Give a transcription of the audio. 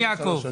כן יעקב?